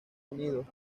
unidos